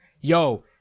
Yo